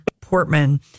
Portman